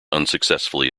unsuccessfully